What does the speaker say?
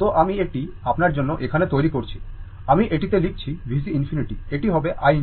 তো আমি এটি আপনার জন্য এখানে তৈরি করছি আমি এটিতে লিখছি VC ∞ এটি হবে i ∞